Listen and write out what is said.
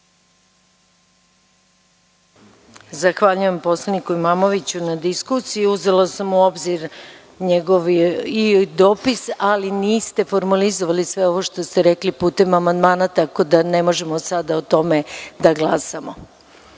Zahvaljujem poslaniku Imamoviću na diskusiji. Uzela sam u obzir njegov dopis, ali niste formalizovali sve ovo što ste rekli putem amandmana, tako da ne možemo sada o tome da glasamo.